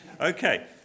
Okay